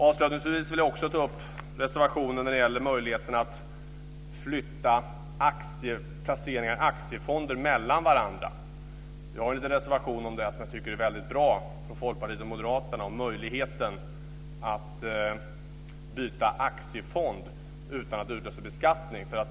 Avslutningsvis vill jag också ta upp reservationen om möjligheten att flytta placeringar i aktiefonder mellan olika fonder. Folkpartiet och Moderaterna har en reservation som jag tycker är mycket bra om möjligheten att byta aktiefond utan att utlösa beskattning.